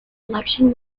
election